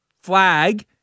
flag